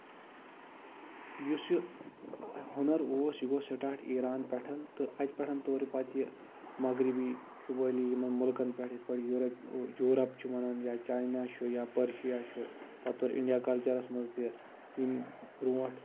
یُس یہِ ہُنر اوس یہِ گوٚو سٔٹار ایران پٮ۪ٹھ تہٕ اَتہِ پٮ۪ٹھ تور یہِ پَتہٕ مغربی شُمٲلی یِمن مُلکن پٮ۪ٹھ یِتھ پٲٹھۍ یورپ چھُ وَنان یا چاینا چھُ یا پٔرشیا چھُ پَتہٕ تور اِنڈیا کلچرس منٛز تہِ یِم برونٛٹھ